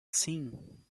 sim